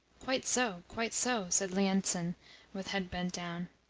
quite so, quite so, said lienitsin with head bent down.